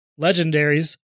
legendaries